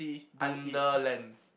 under land